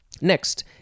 Next